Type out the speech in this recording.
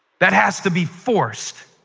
that has to be forced.